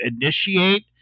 initiate